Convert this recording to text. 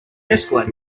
escalator